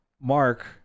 Mark